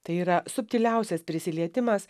tai yra subtiliausias prisilietimas